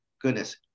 goodness